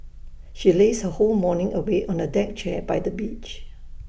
she lazed her whole morning away on A deck chair by the beach